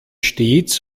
stets